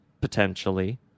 potentially